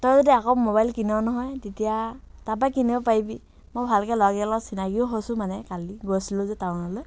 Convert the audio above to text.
তই যদি আকৌ মোবাইল কিন নহয় তেতিয়া তাৰ পৰাই কিনিব পাৰিবি মই ভালকৈ ল'ৰাকেইটা লগত চিনাকীও হৈছোঁ মানে কালি গৈছিলোঁ যে টাউনলৈ